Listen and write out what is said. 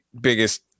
biggest